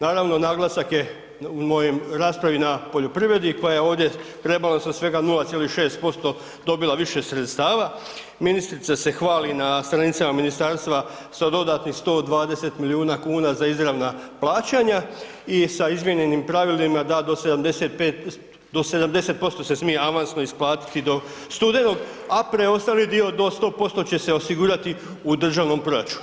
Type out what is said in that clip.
Naravno, naglasak je u mojoj raspravi na poljoprivredi koja je ovdje rebalansom svega 0,6% dobila više sredstava, ministrica se hvali na stranicama ministarstva sa dodatnih 120 milijuna kuna za izravna plaćanja i sa izmijenjenim pravilima da do 70% se smije avansno isplatiti do studenog a preostali dio do 100% će se osigurati u državnom proračunu.